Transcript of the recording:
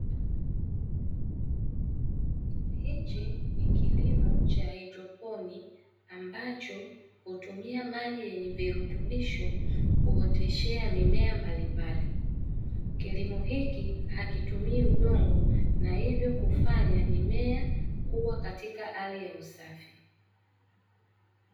Hichi ni kilimo cha haidroponi ambacho hutumia maji yenye virutubisho kuoteshea mimea mbalimbali. Kilimo hiki hakitumii udongo na hivyo kufanya mimea kuwa katika hali ya usafi.